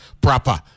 proper